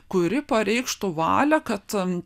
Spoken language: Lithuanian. kuri pareikštų valią kad